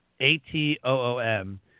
A-T-O-O-M